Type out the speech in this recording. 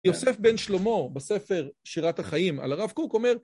יוסף בן שלמה, בספר שירת החיים על הרב קוק אומר